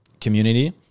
community